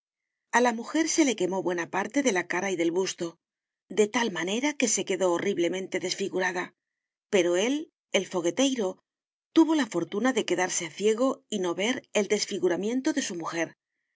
a la mujer se le quemó buena parte de la cara y del busto de tal manera que se quedó horriblemente desfigurada pero él el fogueteiro tuvo la fortuna de quedarse ciego y no ver el desfiguramiento de su mujer y